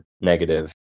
negative